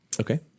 okay